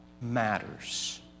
matters